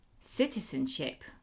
citizenship